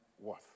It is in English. worth